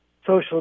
social